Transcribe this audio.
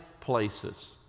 places